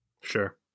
Sure